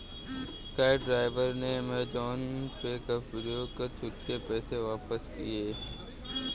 cab driver ने Amazon Pay का प्रयोग कर छुट्टे पैसे वापस किए